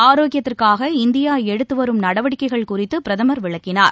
ஆரோக்கியத்திற்காக India எடுத்து வரும் நடவடிக்கைகள் குறித்து பிரதமர் விளக்கினார்